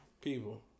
People